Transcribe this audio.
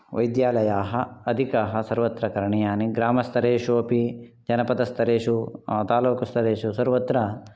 वैद्यालयाः अधिकाः सर्वत्र करणीयानि ग्रामस्तरेषु अपि जनपदस्तरेषु तालूकस्तरेषु सर्वत्र